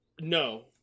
No